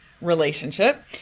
relationship